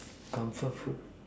comfort food